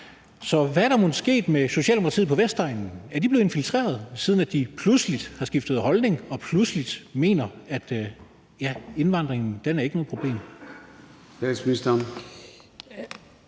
Så hvad er der mon sket med Socialdemokratiet på Vestegnen? Er de blevet infiltreret, siden de pludselig har skiftet holdning og pludselig mener, at indvandringen ikke er noget problem?